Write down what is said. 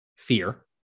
Fear